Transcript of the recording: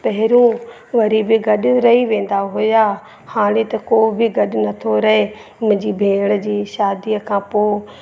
पहिरियों वरी बि गॾु रही वेंदा हुया हाणे त को बि गॾु नथो रहे मुंहिंजी भेण जी शादीअ खां पोइ